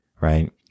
right